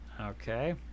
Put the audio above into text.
Okay